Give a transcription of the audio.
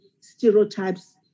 stereotypes